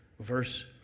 Verse